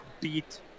beat